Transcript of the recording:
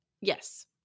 Yes